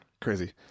Crazy